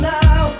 now